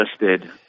listed